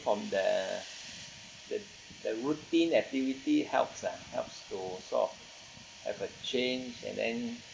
from the the the routine activity helps ah helps to sort of have a change and then